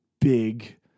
big